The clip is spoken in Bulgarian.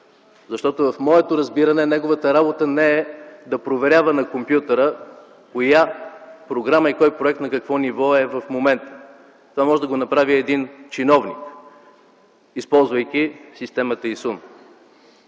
министър? Моето разбиране е, че неговата работа не е да проверява на компютър коя програма и кой проект на какво ниво е в момента. Това може да го направи един чиновник, използвайки системата ИСУН.